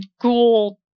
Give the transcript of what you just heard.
ghoul